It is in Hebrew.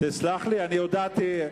תסלח לי, אני הודעתי.